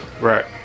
Right